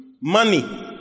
Money